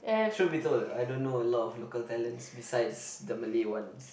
truth be told I don't know a lot of local talents besides the Malay ones